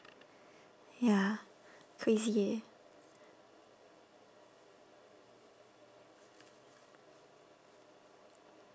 ya crazy eh